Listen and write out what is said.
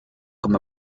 com